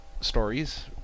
stories